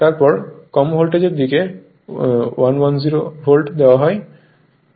তারপর কম ভোল্টেজের দিকে 110 ভোল্ট দেওয়া হয়